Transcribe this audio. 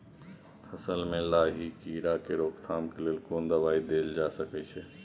फसल में लाही कीरा के रोकथाम के लेल कोन दवाई देल जा सके छै?